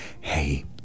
hey